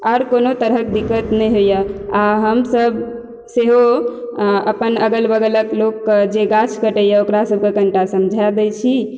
आओर कोनो तरहक दिक्कत नहि होइया आ हमसब सेहो अपन अगल बगलक लोकके जे गाछ कटैया ओकरा सबके कनीटा समझा दै छी